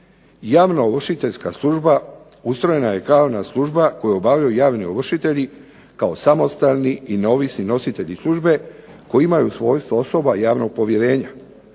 Javna ovršiteljska služba ustrojena je pravna služba koju obavljaju javni ovršitelji kao samostalni i neovisni nositelji službe koji imaju svojstvo osoba javnog povjerenja.